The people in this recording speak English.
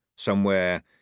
somewhere